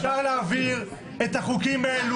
אפשר להעביר את החוקים האלה